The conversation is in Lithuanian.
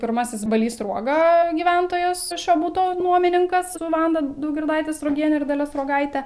pirmasis balys sruoga gyventojas šio buto nuomininkas su vanda daugirdaite sruogiene ir dalia sruogaite